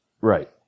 Right